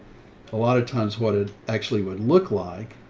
a lot of times what it actually would look like